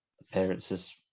appearances